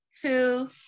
two